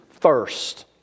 first